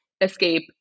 escape